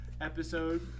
episode